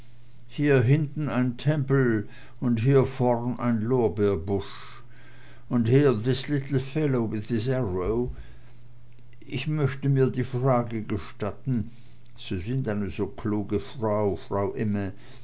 hier hinten ein tempel und hier vorn ein lorbeerbusch und hier this little fellow with his arrow ich möchte mir die frage gestatten sie sind eine so kluge frau frau imme